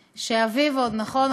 שאביו עוד, נכון?